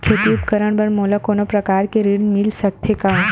खेती उपकरण बर मोला कोनो प्रकार के ऋण मिल सकथे का?